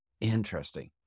Interesting